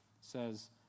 says